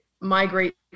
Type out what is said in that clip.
migrate